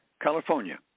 California